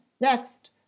Next